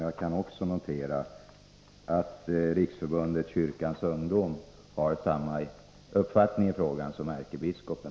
Jag kan också notera att Riksförbundet Kyrkans ungdom på denna punkt har samma uppfattning som ärkebiskopen.